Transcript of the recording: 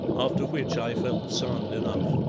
after which i felt sound enough.